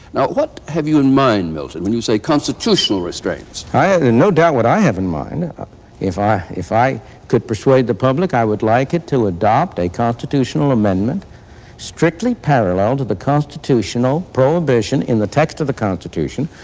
now what have you in mind, milton, when you say constitutional restraints? i i no doubt what i have in mind if i, if i could persuade the public, i would like it to adopt a constitutional amendment strictly parallel to the constitutional prohibition in the text of the constitution,